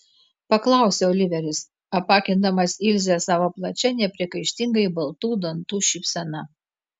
paklausė oliveris apakindamas ilzę savo plačia nepriekaištingai baltų dantų šypsena